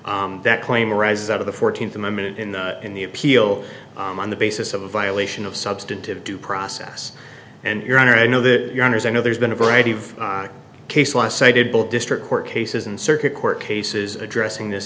back that claim arises out of the fourteenth amendment in the in the appeal on the basis of a violation of substantive due process and your honor i know that your honors i know there's been a variety of case law cited both district court cases and circuit court cases addressing this